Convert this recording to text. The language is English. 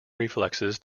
reflexes